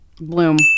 bloom